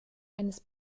eines